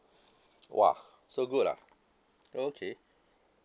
!wah! so good ah okay